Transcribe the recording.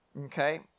Okay